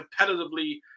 competitively